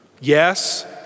Yes